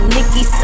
Nikki